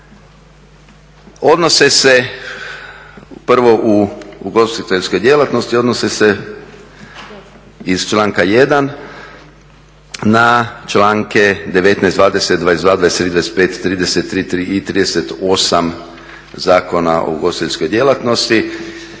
Odnose se, prvo u ugostiteljskoj djelatnosti, odnose se iz članka 1. na članke 19., 20., 22., ,23., 25., 30., 33. i 38. Zakona o ugostiteljskoj djelatnosti